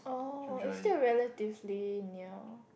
oh you stay relatively near